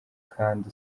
kandi